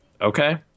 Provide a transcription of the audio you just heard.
Okay